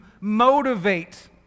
motivate